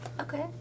okay